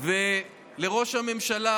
לראש הממשלה